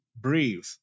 Breathe